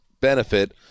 benefit